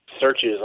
searches